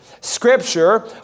Scripture